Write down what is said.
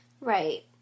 Right